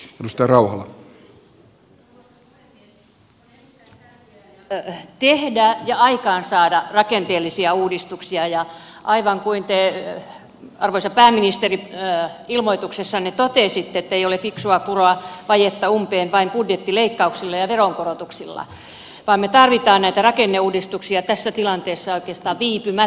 on erittäin tärkeää tehdä ja aikaansaada rakenteellisia uudistuksia ja aivan kuin te arvoisa pääministeri ilmoituksessanne totesitte ei ole fiksua kuroa vajetta umpeen vain budjettileikkauksilla ja veronkorotuksilla vaan me tarvitsemme näitä rakenneuudistuksia tässä tilanteessa oikeastaan viipymättä